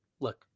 look